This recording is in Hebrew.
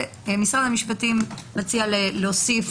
משרד המשפטים מציע להוסיף